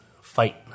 fight